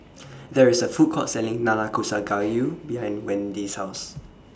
There IS A Food Court Selling Nanakusa Gayu behind Wendy's House